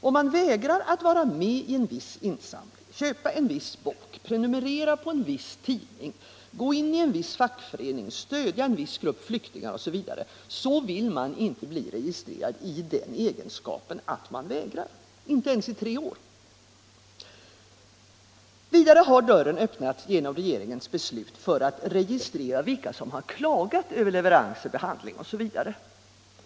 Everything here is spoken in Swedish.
Om man vägrar att vara med i en viss insamling, köpa en viss bok, prenumerera på en viss tidning, gå in i en viss fackförening, stödja en viss grupp flyktingar, osv., så vill man inte bli registrerad i den egenskapen att man vägrar, inte ens i tre år. Vidare har dörren öppnats för att registrera vilka som har klagat över leveranser, behandling etc.